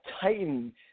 Titan